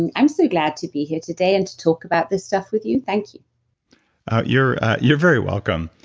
and i'm so glad to be here today and to talk about this stuff with you. thank you you're you're very welcome.